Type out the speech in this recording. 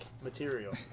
material